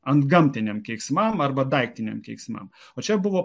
antgamtiniam keiksmam arba daiktiniam keiksmam o čia buvo